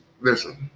Listen